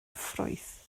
ffrwyth